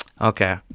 Okay